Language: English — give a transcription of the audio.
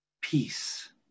peace